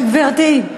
גברתי,